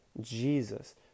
Jesus